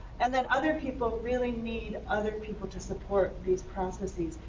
and then other people really need other people to support these processes,